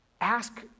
ask